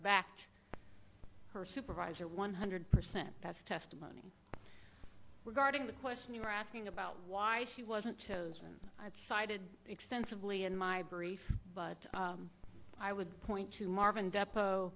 backed her supervisor one hundred percent best testimony regarding the question you are asking about why she wasn't chosen sided extensively in my brief but i would point to marvin de